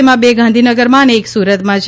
તેમાં બે ગાંધીનગરમાં અને એક સુરતમાં છે